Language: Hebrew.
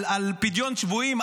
על פדיון שבויים,